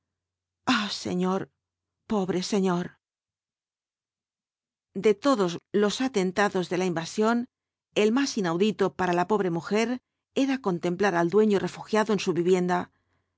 ah señor pobre señor de todos los atentados de la invasión el más inaudito para la pobre mujer era contemplar al dueño refugiado en su vivienda